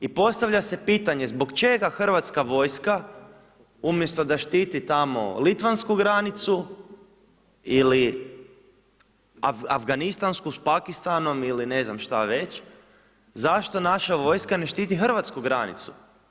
I postavlja se pitanje, zbog čega hrvatska vojska umjesto da štiti tamo litvansku granicu ili afganistansku s Pakistanom ili ne znam šta već, zašto naša vojska ne štiti hrvatsku granicu.